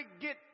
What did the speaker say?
get